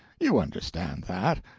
you understand that.